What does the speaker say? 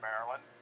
Maryland